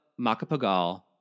Macapagal